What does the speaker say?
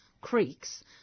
creeks